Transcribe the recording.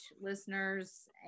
listeners